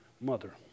mother